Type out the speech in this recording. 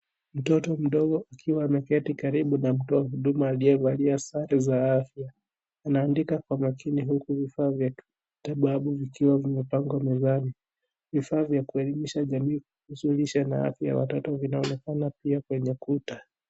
Mtoto mdogo akiwa ameketi karibu na mtu wa huduma aliyevalia sare za afya. Anaandika kwa makini huku vifaa vya matibabu vikiwa vimepanga mezani. Vifaa vya kuelimisha jamii kuhusu lisha na afya ya watoto vinaonekana pia kwenye kuta.